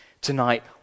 tonight